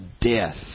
death